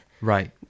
Right